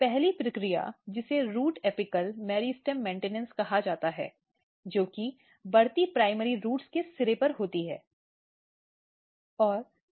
पहली प्रक्रिया जिसे रूट एपिकल मेरिस्टेम मेंटेनेंस कहा जाता है जो कि बढ़ती प्राइमरी रूट्स के सिरे पर होती है